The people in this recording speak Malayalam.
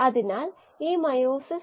ഇത് സമാനമായ ഒന്നാണ്